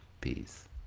Peace